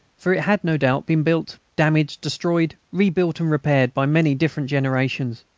for it had no doubt been built, damaged, destroyed, rebuilt and repaired by many different generations.